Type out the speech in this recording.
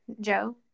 Joe